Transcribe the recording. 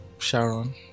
Sharon